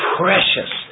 precious